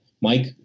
Mike